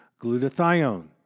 Glutathione